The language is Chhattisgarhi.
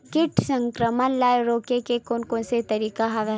कीट संक्रमण ल रोके के कोन कोन तरीका हवय?